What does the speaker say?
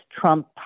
Trump